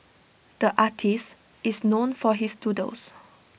the artist is known for his doodles